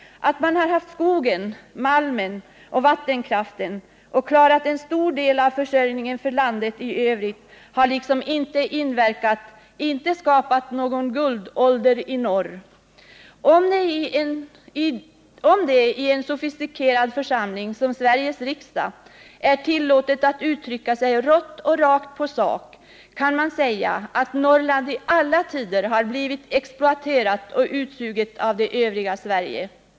Att man har haft skogen, malmen och vattenkraften och klarat en stor del av försörjningen för landet i övrigt har liksom inte inverkat, inte skapat någon guldålder i norr. Om det i en sofistikerad församling som Sveriges riksdag är tillåtet att uttrycka sig rått och rakt på sak kan man säga att Norrland i alla tider har blivit exploaterat och utsuget av det övriga Sverige.